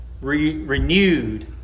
renewed